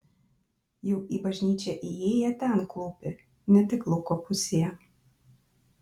jau į bažnyčią įėję ten klūpi ne tik lauko pusėje